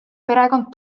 perekond